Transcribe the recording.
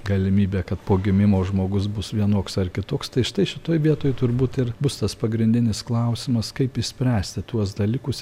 galimybė kad po gimimo žmogus bus vienoks ar kitoks tai štai šitoj vietoj turbūt ir bus tas pagrindinis klausimas kaip išspręsti tuos dalykus